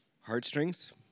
heartstrings